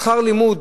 שכר לימוד